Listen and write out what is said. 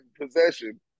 possession